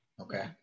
Okay